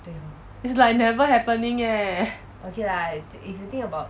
is like never happening eh